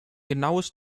genaues